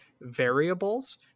variables